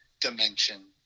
dimension